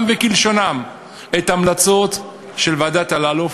וכלשונן את ההמלצות של ועדת אלאלוף